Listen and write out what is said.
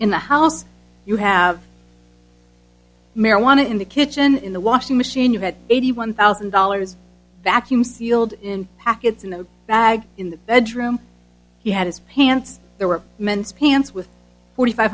in the house you have marijuana in the kitchen in the washing machine you had eighty one thousand dollars vacuum sealed in packets in a bag in the bedroom he had his pants there were men's pants with forty five